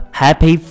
happy